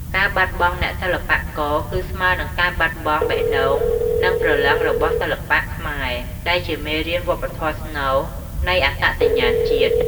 ការបាត់បង់អ្នកសិល្បករគឺស្មើនឹងការបាត់បង់បេះដូង និងព្រលឹងរបស់សិល្បៈខ្មែរ ដែលជាមេរៀនវប្បធម៌ស្នូលនៃអត្តសញ្ញាណជាតិ។